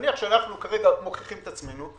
אנחנו כרגע מוכיחים את עצמנו,